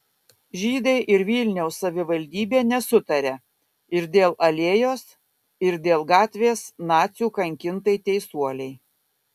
žydai ir vilniaus savivaldybė nesutaria ir dėl alėjos ir dėl gatvės nacių kankintai teisuolei